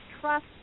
trust